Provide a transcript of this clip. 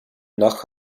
nach